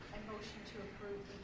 motion to approve